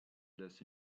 less